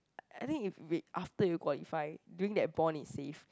I think if wait after you qualify during that bond it's safe